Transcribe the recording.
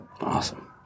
Awesome